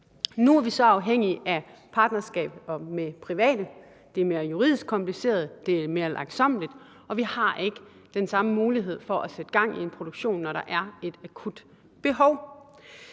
Nu er vi så afhængige af partnerskab med private. Det er mere juridisk kompliceret, det er mere langsommeligt, og vi har ikke den samme mulighed for at sætte gang i en produktion, når der er et akut behov.